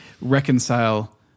reconcile